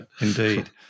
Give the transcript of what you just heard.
Indeed